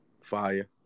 Fire